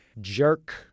jerk